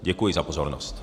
Děkuji za pozornost.